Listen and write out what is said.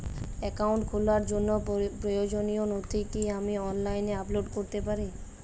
Account খোলার জন্য প্রয়োজনীয় নথি কি আমি অনলাইনে আপলোড করতে পারি?